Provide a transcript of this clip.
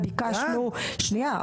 שנייה.